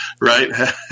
Right